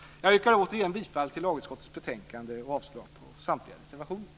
Jag yrkar återigen bifall till hemställan i lagutskottets betänkande och avslag på samtliga reservationer.